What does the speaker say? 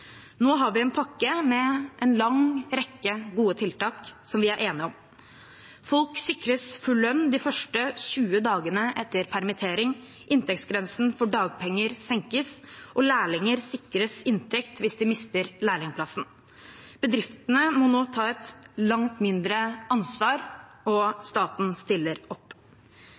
Nå har vi en pakke med en lang rekke gode tiltak som vi er enige om. Folk sikres full lønn de første 20 dagene etter permittering, inntektsgrensen for dagpenger senkes, og lærlinger sikres inntekt hvis de mister lærlingplassen. Bedriftene må nå ta et langt mindre ansvar, og staten stiller opp.